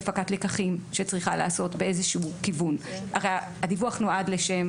הפקת לקחים שצריכה להיעשות באיזשהו כיוון והרי לשם כך נועד הדיווח.